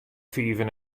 fiven